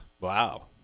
Wow